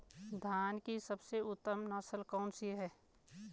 धान की सबसे उत्तम नस्ल कौन सी है?